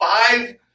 five